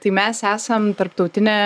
tai mes esam tarptautinė